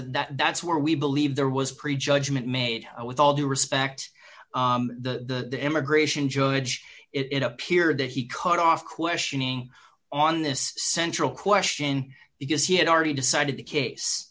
that that's where we believe there was prejudgment made with all due respect the immigration judge it appeared that he cut off questioning on this central question because he had already decided the case